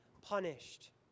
punished